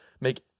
make